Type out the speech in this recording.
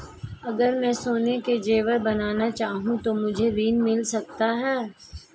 अगर मैं सोने के ज़ेवर बनाना चाहूं तो मुझे ऋण मिल सकता है?